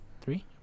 Three